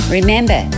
Remember